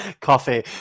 Coffee